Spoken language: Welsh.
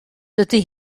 dydy